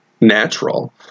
natural